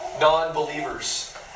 non-believers